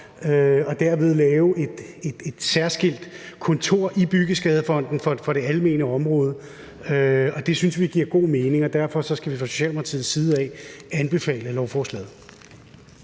og derved lave et særskilt kontor i Byggeskadefonden for det almene område. Det synes vi giver god mening, og derfor skal vi fra Socialdemokratiets side anbefale lovforslaget.